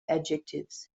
adjectives